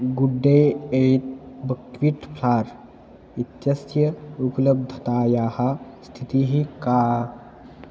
good day a buckwheat flour इत्यस्य उपलब्धतायाः स्थितिः का